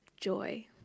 Joy